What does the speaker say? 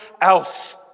else